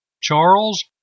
Charles